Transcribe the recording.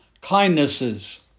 kindnesses